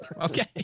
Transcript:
Okay